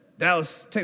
Dallas